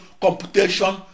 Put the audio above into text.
computation